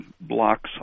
blocks